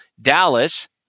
Dallas